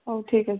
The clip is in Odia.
ହଉ ଠିକ୍ ଅଛି